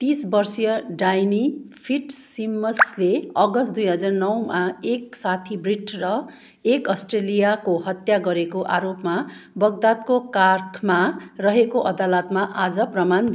तिस वर्षीय ड्यानी फिट्सिमन्सले अगस्ट दुई हजार नौमा एक साथी ब्रिट र एक अस्ट्रेलियाको हत्या गरेको आरोपमा बग्दादको कार्खमा रहेको अदालतमा आज प्रमाण